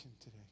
today